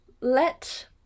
let